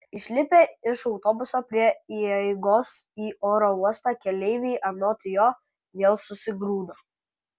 išlipę iš autobuso prie įeigos į oro uostą keleiviai anot jo vėl susigrūdo